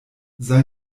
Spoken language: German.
sei